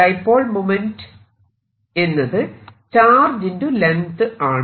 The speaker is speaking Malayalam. ഡൈപോൾ മോമെന്റ്റ് എന്നത് ചാർജ് ✕ ലെങ്ത് ആണ്